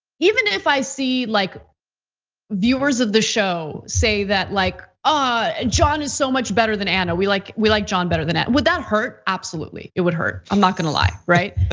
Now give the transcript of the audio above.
even if i see like viewers of the show say that, like ah john is so much better than ana, we like we like john better than ana, would that hurt? absolutely, it would hurt. i'm not gonna lie, right?